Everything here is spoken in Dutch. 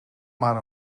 maar